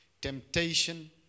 temptation